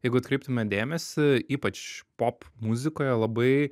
jeigu atkreiptume dėmesį ypač pop muzikoje labai